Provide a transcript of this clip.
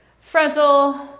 frontal